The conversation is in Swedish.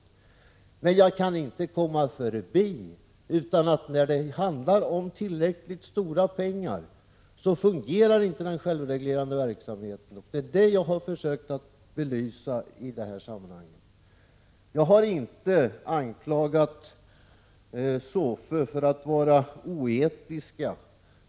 Jag kan emellertid inte komma ifrån, att när det handlar om tillräckligt stora pengar fungerar inte den självreglerande verksamheten. Det är det jag har försökt belysa i detta sammanhang. Jag har inte anklagat SOFE för att vara oetisk.